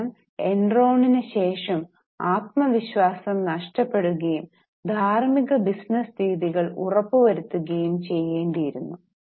കാരണം എൻറോണിന് ശേഷം ആത്മവിശ്വാസം നഷ്ടപ്പെടുകയും ധാർമ്മിക ബിസിനസ്സ് രീതികൾ ഉറപ്പ് വരുത്തുകയും ചെയ്യേണ്ടിയിരുന്നു